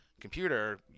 computer